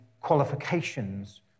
qualifications